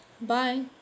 Bye